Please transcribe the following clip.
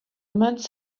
immense